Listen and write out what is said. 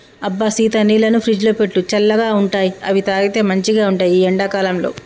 అబ్బ సీత నీళ్లను ఫ్రిజ్లో పెట్టు చల్లగా ఉంటాయిఅవి తాగితే మంచిగ ఉంటాయి ఈ ఎండా కాలంలో